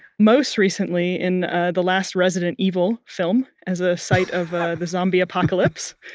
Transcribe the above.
most recently in the last resident evil film as a site of the zombie apocalypse.